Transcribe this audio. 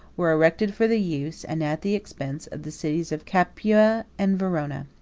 were erected for the use, and at the expense, of the cities of capua and verona.